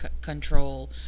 control